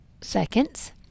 seconds